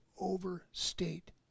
overstate